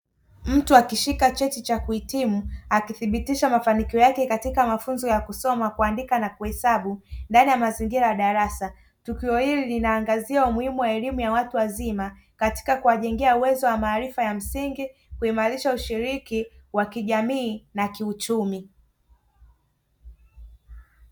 Mtu akishika cheti cha kuhitimu akithibitisha mafanikio yake katika mafunzo ya kusoma, kuandika na kuhesabu ndani ya mazingira ya darasa tukio hili linaangazia umuhimu wa elimu ya watu wazima katika kuwajengea uwezo wa maarifa ya msingi kuimarisha ushiriki wa kijamii na kiuchumi.